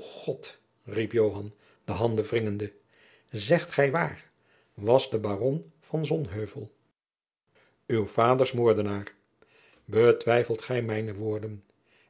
god riep joan de handen wringende zegt gij waar was de baron van sonheuvel uws vaders moordenaar betwijfelt gij mijne woorden